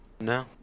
no